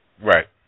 right